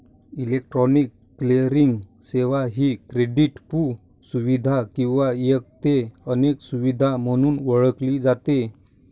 electronic clearing सेवा ही क्रेडिटपू सुविधा किंवा एक ते अनेक सुविधा म्हणून ओळखली जाते